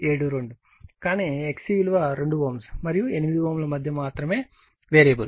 72 కానీ XC విలువ 2 Ω మరియు 8 Ω మధ్య మాత్రమే వేరియబుల్